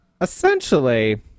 essentially